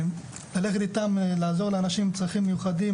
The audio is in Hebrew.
וללכת איתם לעזור לאנשים עם צרכים מיוחדים,